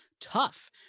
tough